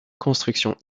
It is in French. constructions